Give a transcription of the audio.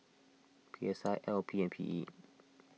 P S I L P and P E